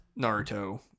Naruto